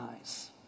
eyes